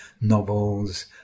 novels